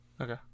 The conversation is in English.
Okay